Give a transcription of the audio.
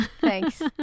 Thanks